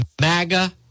MAGA